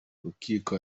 rukiko